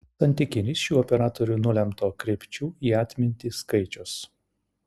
santykinis šių operatorių nulemto kreipčių į atmintį skaičius